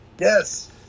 Yes